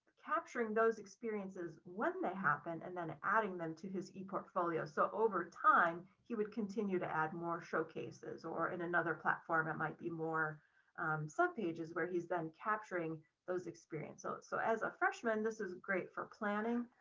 capturing those experiences when they happen, and then adding them to his e portfolio. so over time, he would continue to add more showcases or in another platform, it might be more sub pages where he's been capturing those experiences. so as a freshman, this is great for planning.